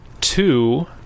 two